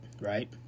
right